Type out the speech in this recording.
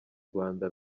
rwanda